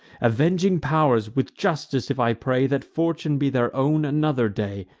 avenging pow'rs! with justice if i pray, that fortune be their own another day!